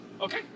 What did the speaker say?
Okay